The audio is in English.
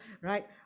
right